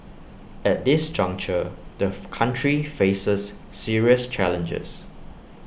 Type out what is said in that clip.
at this juncture the country faces serious challenges